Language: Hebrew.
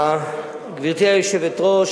גברתי היושבת-ראש,